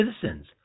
citizens